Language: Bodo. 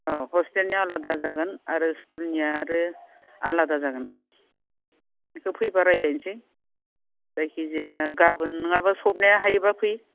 औ हस्टेलनिया आलादा जागोन आरो स्कुलनिया आरो आलादा जागोन बेखौ फैबा रायलायनोसै जायखिजाया गाबोन नङाबा सबनो हायोबा फै